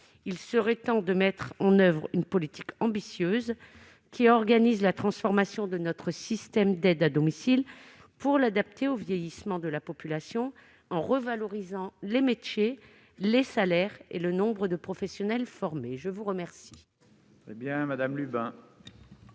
Il serait temps de mettre en oeuvre une politique ambitieuse, qui organise la transformation de notre système d'aide à domicile pour l'adapter au vieillissement, en revalorisant les métiers et salaires, et en accroissant le nombre de professionnels formés. La parole